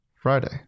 Friday